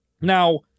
Now